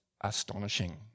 astonishing